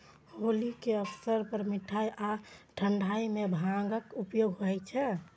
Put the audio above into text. होली के अवसर पर मिठाइ आ ठंढाइ मे भांगक उपयोग होइ छै